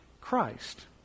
Christ